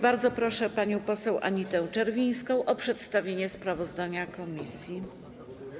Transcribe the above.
Bardzo proszę panią poseł Anitę Czerwińską o przedstawienie sprawozdania komisji.